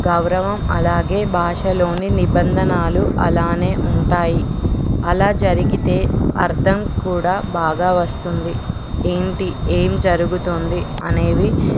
గౌరవం అలాగే భాషలోని నిబంధనలు అలానే ఉంటాయి అలా జరిగితే అర్థం కూడా బాగా వస్తుంది ఏంటి ఏం జరుగుతుంది అనేవి